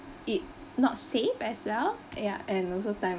it not safe as well ya and also time